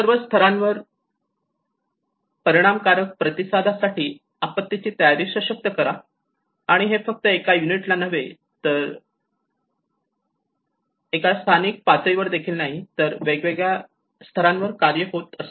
सर्व स्तरावर परिणाम कारक प्रतिसादासाठी आपत्ती ची तयारी सशक्त करा आणि हे फक्त एका युनिट ला नव्हे शिवा एका स्थानिक पातळीवर देखील नाही तर हे वेगवेगळ्या स्तरांवर कार्य होत असते